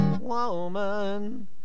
woman